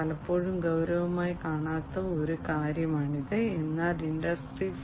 പലപ്പോഴും ഗൌരവമായി കാണാത്ത ഒരു കാര്യം എന്നാൽ ഇൻഡസ്ട്രി 4